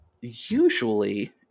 usually